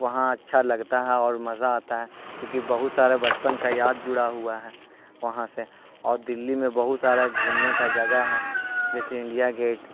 وہاں اچھا لگتا ہے اور مزہ آتا ہے کیونکہ بہت سارے بچپن کا یاد جڑا ہوا ہے وہاں سے اور دہلی میں بہت سارا گھومنے کا جگہ ہے جیسے انڈیا گیٹ